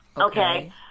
okay